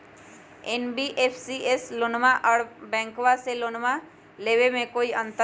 NBFC से लोनमा आर बैंकबा से लोनमा ले बे में कोइ अंतर?